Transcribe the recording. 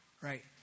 right